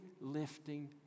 lifting